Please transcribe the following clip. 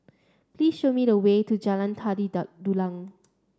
please show me the way to Jalan Tari Dulang